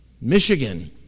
Michigan